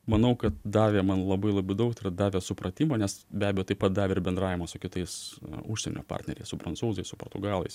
manau kad davė man labai labai daug davė supratimo nes be abejo taip pat davė ir bendravimo su kitais užsienio partneriais su prancūzais su portugalais